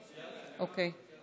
אוקיי.